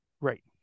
Right